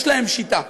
יש להם שיטה,